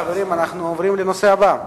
חברים, אנחנו עוברים לנושא הבא.